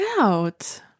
out